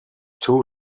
two